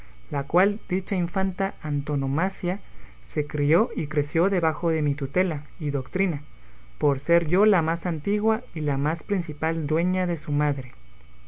la cual dicha infanta antonomasia se crió y creció debajo de mi tutela y doctrina por ser yo la más antigua y la más principal dueña de su madre